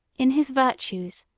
in his virtues,